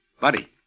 Buddy